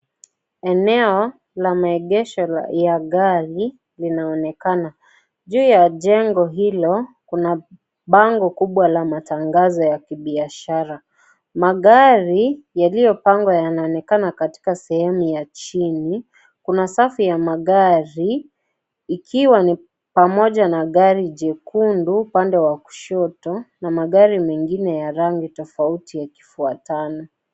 Eneo la maegesho ya gari linaonekana. Juu ya jengo hilo kuna bango kubwa la matangazo ya kibiashara. Magari yaliyopangwa yanaonekana katika sehemu ya chini. Kuna safu ya magari ikiwa pamoja na gari jekundu upande wa kushoto na magari mengine ya rangi tofauti yakifuatana.